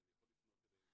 שאני יכול לפנות אליהן,